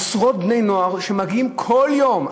עשרות בני-נוער שמגיעים כל יום,